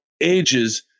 ages